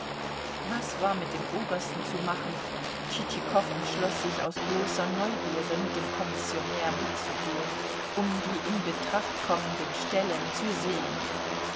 was war mit dem obersten zu machen tschitschikow entschloß sich aus bloßer neugierde mit dem kommissionär mitzugehen um die in betracht kommenden stellen zu sehen